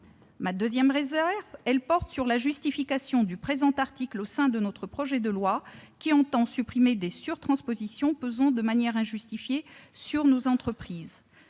Ma seconde réserve porte sur la justification du présent article au sein du présent projet de loi qui entend supprimer des surtranspositions pesant de manière injustifiée sur nos entreprises.